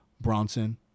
Bronson